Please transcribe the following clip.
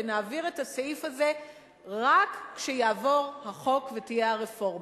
ונעביר את הסעיף הזה רק כשיעבור החוק ותהיה הרפורמה.